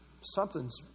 Something's